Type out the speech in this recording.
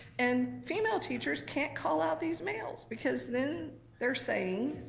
and female teachers can't call out these males, because then they're saying.